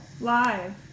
live